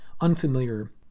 unfamiliar